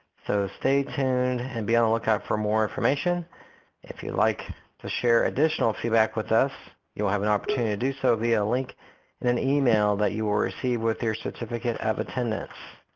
so stay tuned and be on the lookout for more information if you like to share additional feedback with us, you will have an opportunity to do so via a link in an email that you will receive with your certificate of attendance.